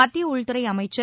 மத்திய உள்துறை அமைச்சர்